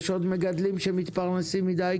יש פה עוד מגדלים שמתפרנסים מדיג?